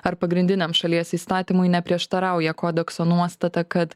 ar pagrindiniam šalies įstatymui neprieštarauja kodekso nuostata kad